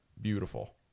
Beautiful